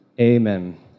amen